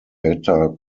better